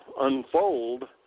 unfold